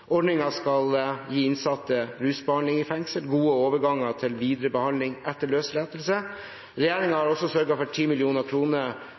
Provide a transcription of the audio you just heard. Ordningen skal gi innsatte rusbehandling i fengsel og gode overganger til videre behandling etter